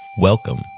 Welcome